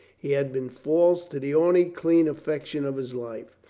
he had been false to the only clean affection of his life.